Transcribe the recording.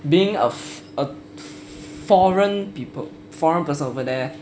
being of a foreign people foreign person over there